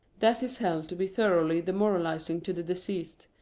death is held to be thoroughly demoralising to the deceased.